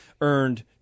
earned